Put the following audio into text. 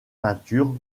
peintures